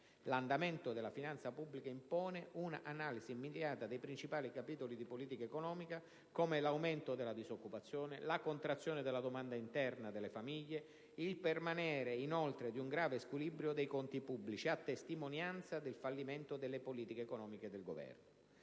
l'andamento della finanza pubblica impone un'analisi immediata dei principali capitoli di politica economica, come l'aumento della disoccupazione, la contrazione della domanda interna delle famiglie, il permanere inoltre di un grave squilibrio dei conti pubblici, a testimonianza del fallimento delle politiche economiche del Governo.